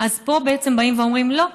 פה בעצם באים ואומרים: לא,